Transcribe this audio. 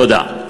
תודה.